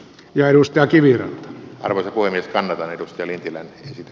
ja edustaa kiviranta arvelee poimitaan arvosteli tienä